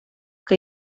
que